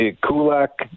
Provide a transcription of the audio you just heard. Kulak